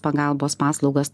pagalbos paslaugas